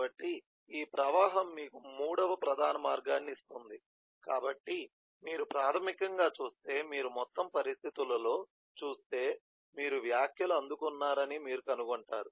కాబట్టి ఈ ప్రవాహం మీకు మూడవ ప్రధాన మార్గాన్ని ఇస్తుంది కాబట్టి మీరు ప్రాథమికంగా చూస్తే మీరు మొత్తం పరిస్థితులలో చూస్తే మీరు వ్యాఖ్యలు అందుకున్నారని మీరు కనుగొంటారు